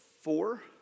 four